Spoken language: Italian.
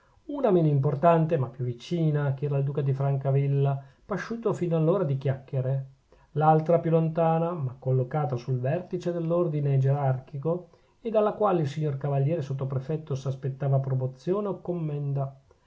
una meno importante ma più vicina che era il duca di francavilla pasciuto fino allora di chiacchiere l'altra più lontana ma collocata sul vertice dell'ordine gerarchico e dalla quale il signor cavaliere sottoprefetto s'aspettava promozione o commenda